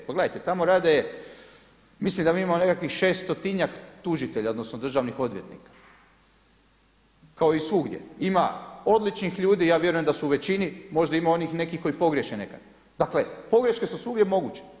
Pogledajte tamo rade mislim da mi imamo nekakvih 600 tužitelja odnosno državnih odvjetnika kao i svugdje, ima odličnih ljudi i ja vjerujem da su u većini, možda ima onih nekih koji pogriješe nekad, dakle pogreške su svuda moguće.